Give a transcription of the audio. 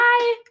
Bye